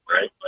right